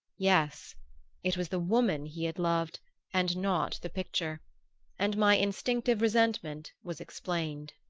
yes it was the woman he had loved and not the picture and my instinctive resentment was explained.